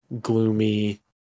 gloomy